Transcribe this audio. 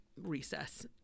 recess